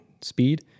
speed